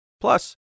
Plus